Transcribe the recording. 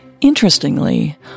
Interestingly